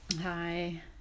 hi